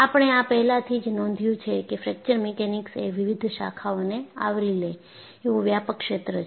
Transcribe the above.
આપણે આ પહેલાથી જ નોંધ્યું છે કે ફ્રેક્ચર મિકેનિક્સએ વિવિધ શાખાઓને આવરી લે એવું વ્યાપક ક્ષેત્ર છે